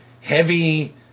heavy